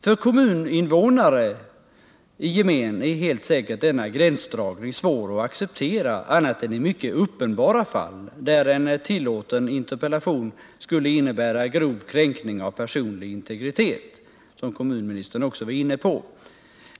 För kommuninvånare i gemen är helt säkert denna gränsdragning svår att acceptera annat än i mycket uppenbara fall, där en tillåten interpellation skulle innebära grov kränkning av personlig integritet, som kommunministern också var inne på.